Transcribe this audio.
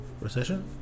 Recession